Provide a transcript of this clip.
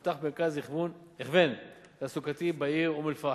נפתח מרכז הכוון תעסוקתי בעיר אום-אל-פחם,